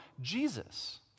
Jesus